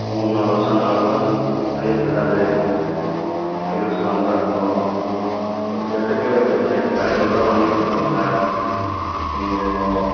மூணு நாலு வருஷம் ஆனாலும் தையல் விடாது தையல் ஸ்ட்ராங்காக இருக்கும் ஒரு செட்டுக்கு ஒரு செட்டுக்கு ஐந்நூறுருபா வாங்கிட்ருக்கோம் சார் நீங்கள்